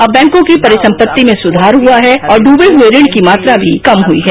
अब बैंकों के परिसंपत्ति में सुधार हुआ है और डूबे हुए सकल ऋण की मात्रा भी कम हुई है